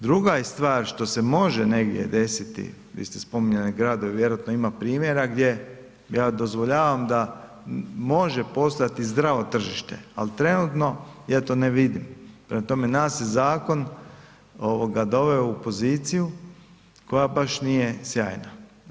Druga je stvar što se može negdje desiti, vi ste spominjali gradove, vjerojatno ima primjera gdje ja dozvoljavam da može postati zdravo tržište ali trenutno ja to ne vidim, prema tome nas je zakon doveo u poziciju koja baš nije sjajna.